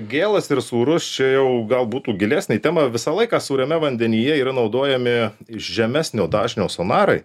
gėlas ir sūrus čia jau gal būtų gilesnė į temą visą laiką sūriame vandenyje yra naudojami žemesnio dažnio sonarai